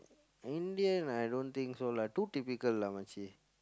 Indian I don't think so lah too typical lah